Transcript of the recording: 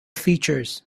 features